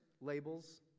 labels